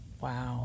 Wow